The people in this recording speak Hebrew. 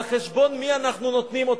על חשבון מי אנחנו נותנים אותה?